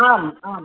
आम् आम्